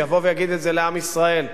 שיבוא ויגיד את זה לעם ישראל.